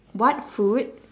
what food